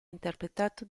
interpretato